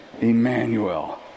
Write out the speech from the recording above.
Emmanuel